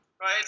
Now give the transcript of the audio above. right